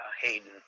Hayden